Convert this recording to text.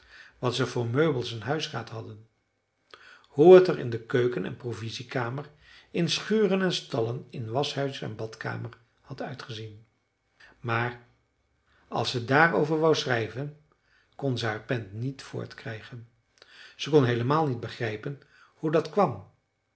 wat ze voor meubels en huisraad hadden hoe t er in de keuken en provisiekamer in schuren en stallen in waschhuis en badkamer had uitgezien maar als ze daarover wou schrijven kon ze haar pen niet voortkrijgen ze kon heelemaal niet begrijpen hoe dat kwam